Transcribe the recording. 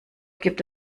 gibt